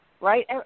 right